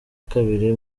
kabiri